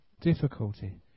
difficulty